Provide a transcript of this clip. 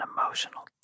emotional